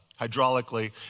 hydraulically